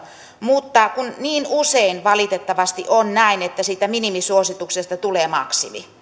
mutta kun niin usein valitettavasti on näin että siitä minimisuosituksesta tulee maksimi